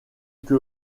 que